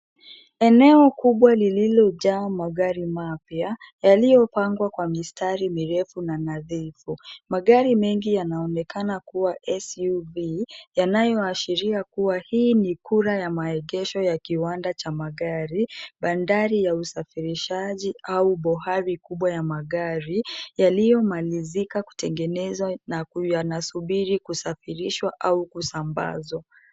Eneo kubwa lililo jaa magari mapya yaliyo pangwa kwa mstari mrefu na nadhaifu. Magari mengi yanaonekana kuwa SUV, yanayoashiria kuwa hii ni kura ya maegesho ya kiwanda cha magari, bandari ya usafirishaji, au bohari kubwa ya magari, yaliyo malizika kutengenezwa na yanasubiri kusafirishwa au kusambazwa.